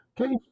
okay